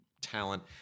talent